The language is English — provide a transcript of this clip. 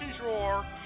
drawer